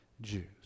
Jews